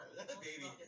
Baby